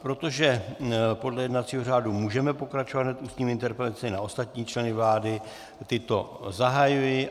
Protože podle jednacího řádu můžeme pokračovat hned ústními interpelacemi na ostatní členy vlády, tyto zahajuji.